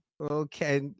Okay